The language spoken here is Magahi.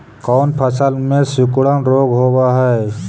कोन फ़सल में सिकुड़न रोग होब है?